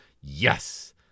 yes